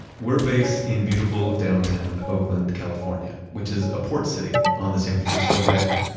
we're based in beautiful downtown oakland, california, which is a port city on the san francisco bay.